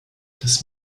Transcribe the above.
des